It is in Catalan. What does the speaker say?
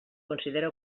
considera